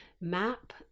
map